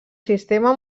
sistema